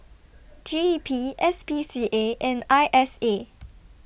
G E P S P C A and I S A